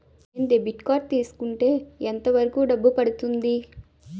నేను debit card తీసుకుంటే ఎంత వరకు డబ్బు పడుతుంది?